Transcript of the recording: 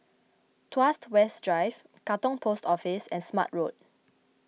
Tuas West Drive Katong Post Office and Smart Road